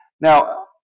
Now